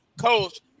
coach